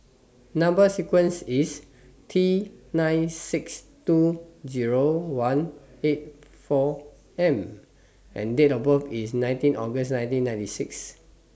Number sequence IS T nine six two Zero one eight four M and Date of birth IS nineteen August nineteen ninety six